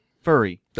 Furry